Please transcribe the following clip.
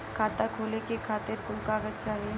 खाता खोले के खातिर कुछ कागज चाही?